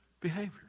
behavior